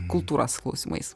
kultūros klausimais